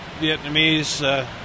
Vietnamese